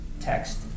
text